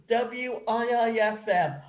W-I-I-F-M